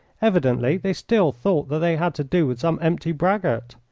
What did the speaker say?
evidently they still thought that they had to do with some empty braggart.